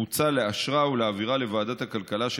מוצע לאשרה ולהעבירה לוועדת הכלכלה של